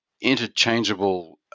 interchangeable